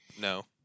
No